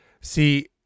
See